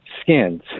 Skins